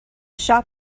shop